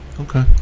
okay